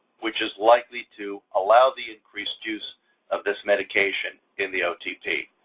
which is likely to allow the increased use of this medication in the otp.